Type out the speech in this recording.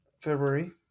February